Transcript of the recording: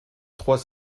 trois